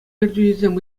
ертӳҫисем